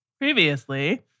previously